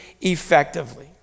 effectively